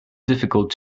difficult